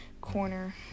corner